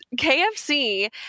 KFC